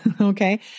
Okay